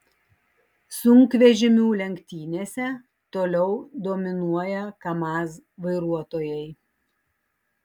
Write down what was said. sunkvežimių lenktynėse toliau dominuoja kamaz vairuotojai